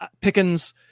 pickens